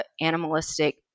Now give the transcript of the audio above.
animalistic